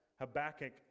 Habakkuk